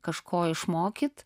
kažko išmokyt